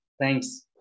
Thanks